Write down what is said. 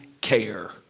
care